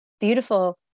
beautiful